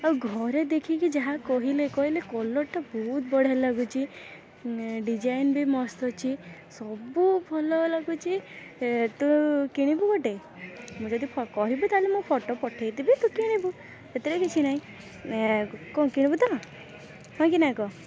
ଆଉ ଘରେ ଦେଖିକି ଯାହା କହିଲେ କହିଲେ କଲର୍ଟା ବହୁତ ବଢ଼ିଆ ଲାଗୁଛି ଏଁ ଡିଜାଇନ୍ ବି ମସ୍ତ ଅଛି ସବୁ ଭଲ ଲାଗୁଛି ଏ ତୁ କିଣିବୁ ଗୋଟେ ମୁଁ ଯଦି କହିବି ତାହାଲେ ମୁଁ ଫଟୋ ପଠେଇଦେବି ତୁ କିଣିବୁ ସେଥିରେ କିଛି ନାହିଁ ଏ କ'ଣ କିଣିବୁ ତ ହଁ କି ନା କହ